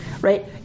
right